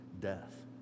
death